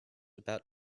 about